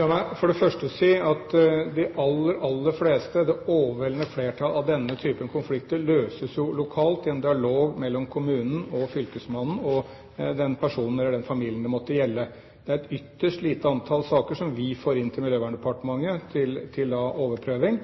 La meg for det første si at de aller, aller fleste – det overveldende flertall av denne typen konflikter – løses lokalt i en dialog mellom kommunen og fylkesmannen og den personen eller den familien det måtte gjelde. Det er et ytterst lite antall saker som vi i Miljøverndepartementet får inn til overprøving,